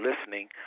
listening